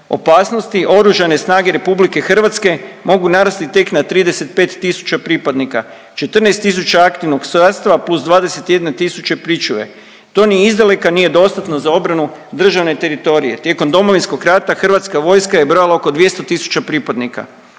opasnosti, oružane snage RH mogu narasti tek na 35 tisuća pripadnika. 14 tisuća aktivnog sastava plus 21 tisuća pričuve. To ni izdaleka nije dostatno za obranu državne teritorije. Tijekom Domovinskog rata Hrvatska vojska je brojala oko 200 tisuća pripadnika